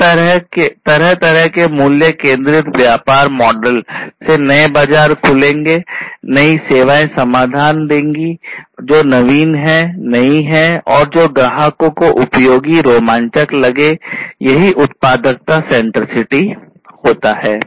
इस तरह तरह के मूल्य केंद्रित व्यापार मॉडल से नए बाजार खुलेंगे नई सेवाएँ समाधान देंगी जो नवीन हैं नई हैं जो ग्राहकों को उपयोगी रोमांचक लगे यही उत्पादकता सेंट्रिसिटी होता है